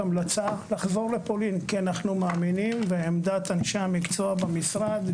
המלצה לחזור לפולין כי אנחנו מאמינים - ועמדת אנשי המקצוע במשרד,